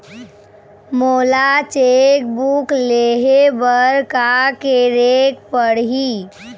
मोला cheque book लेहे बर का केरेक पढ़ही?